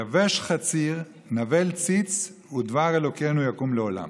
יבש חציר, נבל ציץ, ודבר אלהינו יקום לעולם".